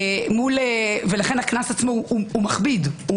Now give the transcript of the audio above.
ולכן הקנס עצמו מכביד,